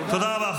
תודה רבה.